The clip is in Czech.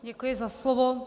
Děkuji za slovo.